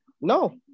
No